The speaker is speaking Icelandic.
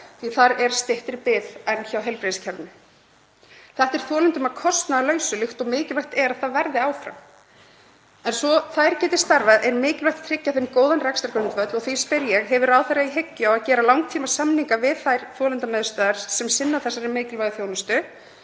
því þar er styttri bið en í heilbrigðiskerfinu. Þetta er þolendum að kostnaðarlausu og er mikilvægt að svo verði áfram. En svo þær geti starfað er mikilvægt að tryggja þeim góðan rekstrargrundvöll og því spyr ég: Hefur ráðherra í hyggju að gera langtímasamninga við þær þolendamiðstöðvar sem sinna þessari mikilvægu þjónustu?